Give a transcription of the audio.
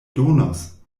donos